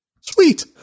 Sweet